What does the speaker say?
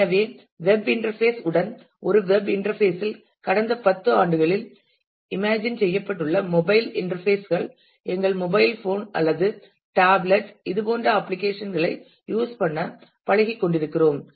எனவே web interface உடன் ஒரு வெப் இன்டர்பேஸ் இல் கடந்த 10 ஆண்டுகளில் இமேஜின் செய்யப்பட்டுள்ள மொபைல் இன்டர்பேஸ் கள் எங்கள் மொபைல் போன் அல்லது டேப்லெட்டிலிருந்து இது போன்ற அப்ளிகேஷன் களைப் யூஸ் பண்ண பழகிக் கொண்டிருக்கிறோம்